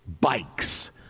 bikes